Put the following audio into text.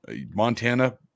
Montana